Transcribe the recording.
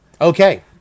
Okay